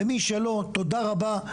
ומי שלא תודה רבה,